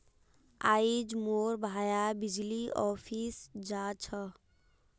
आइज मोर भाया बिजली ऑफिस जा छ